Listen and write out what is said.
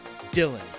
Dylan